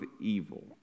evil